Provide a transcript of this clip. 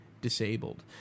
Disabled